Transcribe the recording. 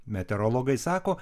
meteorologai sako